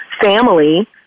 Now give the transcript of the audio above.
family